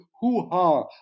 hoo-ha